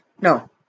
No